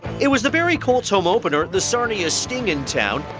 it was the barrie colts home opener, the sarnia sting in town.